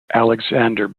alexander